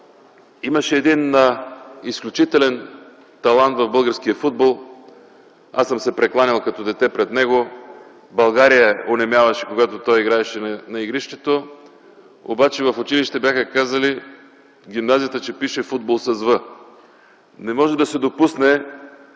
имаше един изключителен талант в българския футбол – аз съм се прекланял като дете пред него, България онемяваше, когато той играеше на игрището, обаче в училище бяха казали, че в гимназията пише „футбол” с „в”. Не може да се допусне